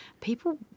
People